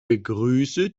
begrüße